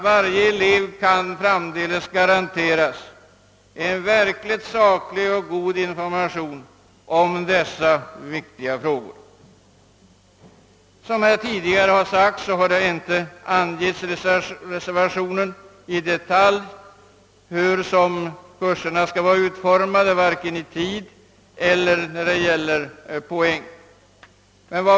Varje elev skall framdeles kunna garanteras en verkligt saklig och god upplysning i dessa viktiga frågor. Som tidigare framhållits har det i reservationen inte i detalj angivits hur kurserna skall vara utformade, varken med avseende på tid eller poäng.